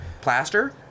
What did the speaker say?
plaster